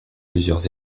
plusieurs